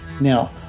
Now